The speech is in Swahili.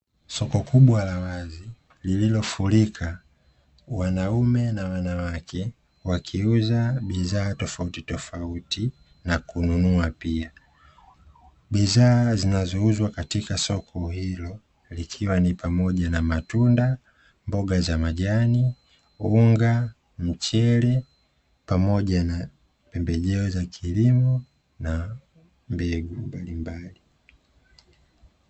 Soko kubwa la wazi lililofurika wanaume na wanawake wakiuza bidhaa tofautitofauti na kununua pia, bidhaa zinazouzwa katika soko hilo likiwa ni pamoja na matunda, mboga za majani, unga, mchele pamoja na pembejeo za kilimo na mbegu mbalimbali.